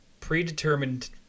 predetermined